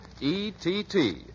E-T-T